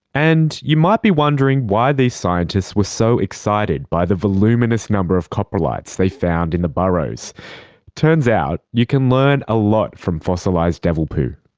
and you might be wondering why these scientists were so excited by the voluminous number of coprolites they found in the burrows. it turns out you can learn a lot from fossilised devil poo.